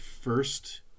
first